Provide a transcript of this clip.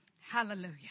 Hallelujah